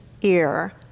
ear